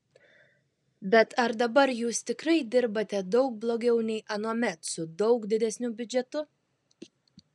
bet ar dabar jūs tikrai dirbate daug blogiau nei anuomet su daug didesniu biudžetu